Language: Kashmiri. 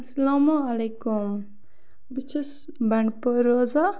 اَلسلَمُ علیکُم بہٕ چھَس بَنڈ پورِ روزان